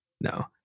no